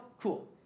cool